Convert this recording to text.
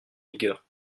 vigueur